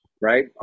right